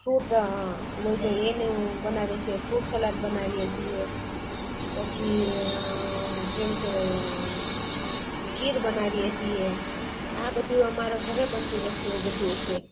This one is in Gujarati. ફ્રૂટ વધ્યા એને શું બનાવીએ છે ફ્રૂટસલાડ બનાવીએ છીએ પછી કેમ કહેવાય ખીર બનાવીએ છીએ આ બધું અમાર ઘરે બનતી વસ્તુઓ બધીએ છે